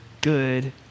good